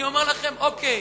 אני אומר לכם: אוקיי,